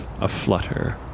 aflutter